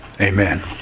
Amen